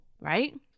right